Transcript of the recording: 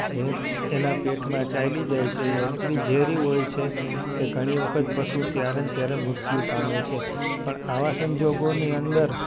જે એના પેટમાં જાયે ચાયલી જાય છે એટલી ઝેરી હોય છે કે ઘણી વખત પશુ ત્યારે અને ત્યારે મૃત્યુ પામે છે પણ આવા સંજોગોની અંદર